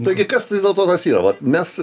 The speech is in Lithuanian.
taigi kas vis dėl to tas yra vat mes